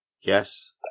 Yes